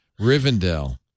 Rivendell